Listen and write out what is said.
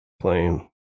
playing